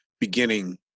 beginning